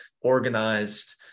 organized